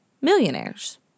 millionaires